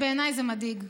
בעיניי זה מדאיג.